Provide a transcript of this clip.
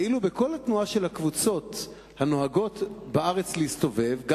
ואילו בכל התנועה של הקבוצות הנוהגות להסתובב בארץ,